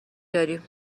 داریم